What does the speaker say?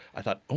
i thought, oh,